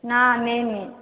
ନା ନେଇନି